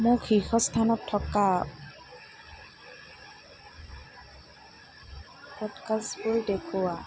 মোক শীৰ্ষস্থানত থকা পডকাষ্টবোৰ দেখুওৱা